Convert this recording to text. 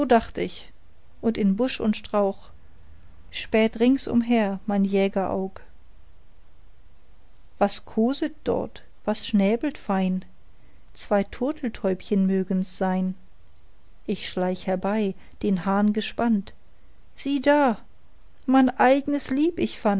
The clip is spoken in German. dacht ich und in busch und strauch späht ringsumher mein jägeraug was koset dort was schnäbelt fein zwei turteltäubchen mögens sein ich schleich herbei den hahn gespannt sieh da mein eignes lieb ich